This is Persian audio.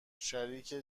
شریک